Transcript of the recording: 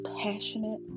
passionate